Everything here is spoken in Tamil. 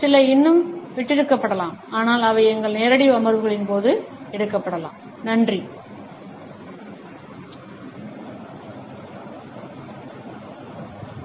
சில இன்னும் விடப்பட்டிருக்கலாம் ஆனால் அவை எங்கள் நேரடி அமர்வுகளின் போது எடுக்கப்படலாம்